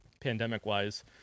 pandemic-wise